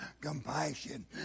compassion